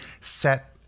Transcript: set